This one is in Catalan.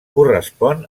correspon